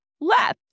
Left